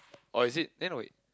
or is it eh not wait